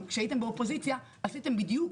אבל כשהייתם באופוזיציה עשיתם בדיוק,